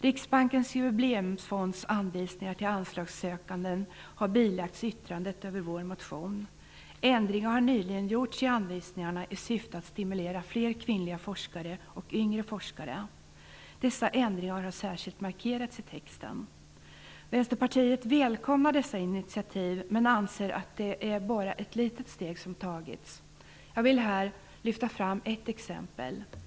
Riksbankens Jubileumsfonds anvisningar till anslagssökande har bilagts yttrandet över vår motion. Ändringar har nyligen gjorts i anvisningarna i syfte att stimulera fler kvinnliga forskare och fler yngre forskare. Dessa ändringar har särskilt markerats i texten. Vänsterpartiet välkomnar dessa initiativ men anser att det bara är ett litet steg som har tagits. Jag vill här lyfta fram ett exempel.